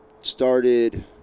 started